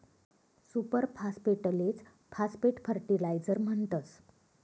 super फास्फेटलेच phosphate fertiliser म्हणतस